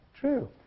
true